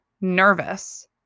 nervous